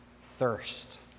thirst